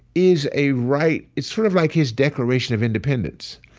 is a right. it's sort of like his declaration of independence.